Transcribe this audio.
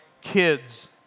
kids